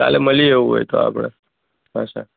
કાલે મળીએ એવું હોય તો આપણે પાછાં